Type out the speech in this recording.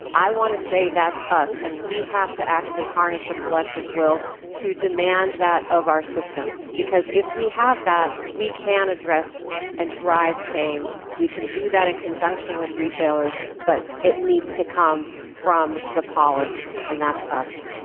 i want to say that's us and we have to actually harness the collective will to demand that of our system because if we have that, we can address and drive change. we can do that in conjunction with retailers, but it needs to come from the polis. and that's us.